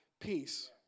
peace